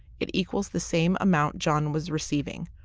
it equals the same amount john was receiving,